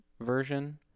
version